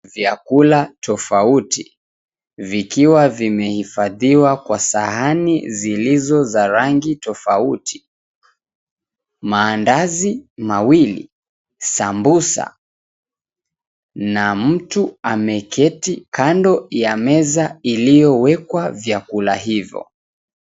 Vyakula tofauti vikiwa vimehifadhiwa kwa sahani zilizo za rangi tofauti. Maandazi mawili, sambusa na mtu ameketi kando ya meza iliyowekwa vyakula hivo.